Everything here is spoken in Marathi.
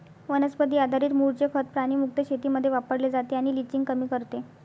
वनस्पती आधारित मूळचे खत प्राणी मुक्त शेतीमध्ये वापरले जाते आणि लिचिंग कमी करते